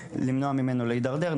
למנוע ממנו להידרדר,